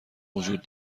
وجود